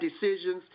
decisions